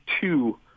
two